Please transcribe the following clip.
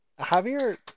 Javier